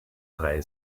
drei